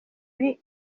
muri